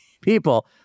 people